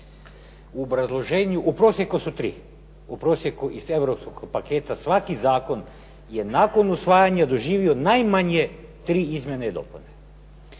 u prosjeku su tri, u prosjeku iz europskog paketa svaki zakon je nakon usvajanja doživio najmanje tri izmjene i dopune